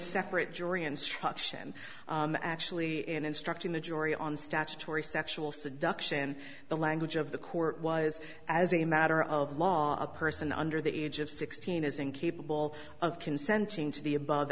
separate jury instruction actually in instructing the jury on statutory sexual seduction the language of the court was as a matter of law a person under the age of sixteen is incapable of consenting to the above